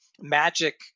magic